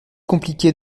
compliqué